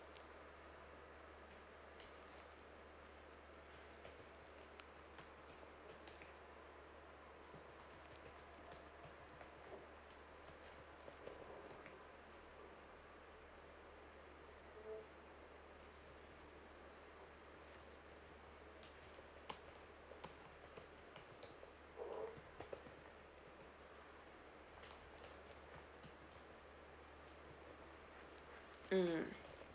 mm